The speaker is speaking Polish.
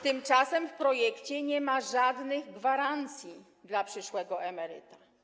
Tymczasem w projekcie nie ma żadnych gwarancji dla przyszłego emeryta.